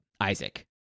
Isaac